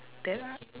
that